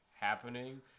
happening